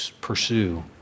pursue